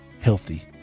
healthy